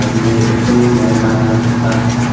آپ میرے بہترین اور مایہ ناز استاد ہیں